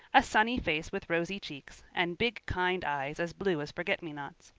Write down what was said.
a sunny face with rosy cheeks, and big, kind eyes as blue as forget-me-nots.